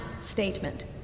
statement